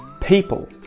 people